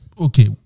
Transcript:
okay